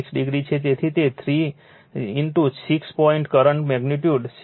તેથી તે 3 છ પોઇન્ટ કરંટ મેગ્નિટ્યુડ 6